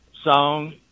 song